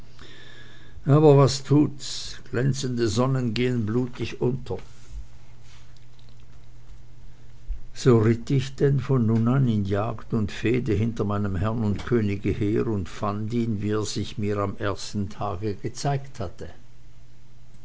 aber was tut's glänzende sonnen gehen blutig unter so ritt ich denn von nun an in jagd und fehde hinter meinem herrn und könige her und fand ihn wie er sich mir am ersten tage gezeigt hatte